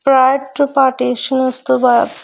part partitions ਤੋਂ ਬਾਅਦ